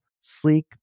sleek